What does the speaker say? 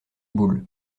boules